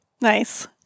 Nice